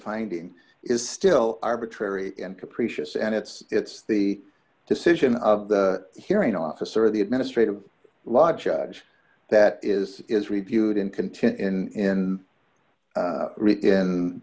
finding is still arbitrary and capricious and it's it's the decision of the hearing officer of the administrative law judge that is is reviewed in contin in